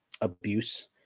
abuse